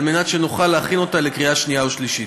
כדי שנוכל להכין אותה לקריאה שנייה ושלישית.